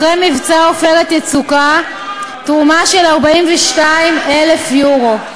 אחרי מבצע "עופרת יצוקה" תרומה של 42,000 יורו.